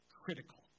critical